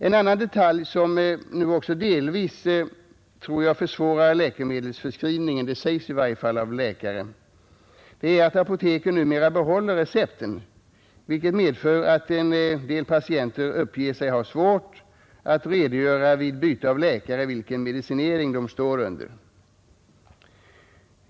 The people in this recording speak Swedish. En annan detalj, som också delvis torde försvåra läkesmedelsförskrivningen — det sägs i varje fall av läkare — är att apoteken numera behåller recepten, vilket medför att en del patienter uppger sig ha svårt vid byte av läkare att redogöra för vilken medicinering de står under.